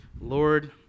Lord